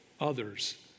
Others